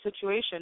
situation